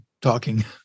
talking-